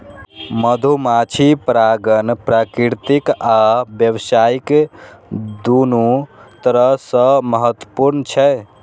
मधुमाछी परागण प्राकृतिक आ व्यावसायिक, दुनू तरह सं महत्वपूर्ण छै